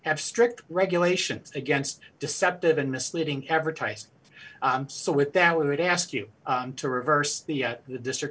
have strict regulations against deceptive and misleading advertising so with that we would ask you to reverse the at the district